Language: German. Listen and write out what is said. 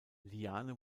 liane